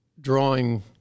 drawing